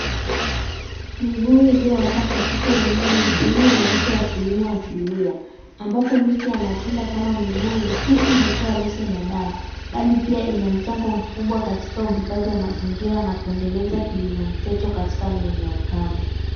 Mibuyu iliyoanda katika eneo ni sehemu ya urithi wa kilimo asilia, ambapo miti ya matunda kama mibuyu si tu hutoa lishe na dawa, bali pia ina mchango mkubwa katika uhifadhi wa mazingira na kuendeleza kilimo mseto katika maeneo kame.